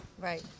Right